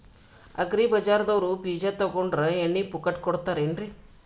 Agri ಬಜಾರದವ್ರು ಬೀಜ ತೊಗೊಂಡ್ರ ಎಣ್ಣಿ ಪುಕ್ಕಟ ಕೋಡತಾರೆನ್ರಿ?